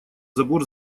забор